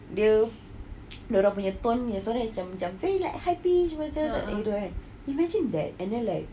dia dorang punya tone yang suara macam macam very like happy macam tu kan imagine that and then like